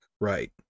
Right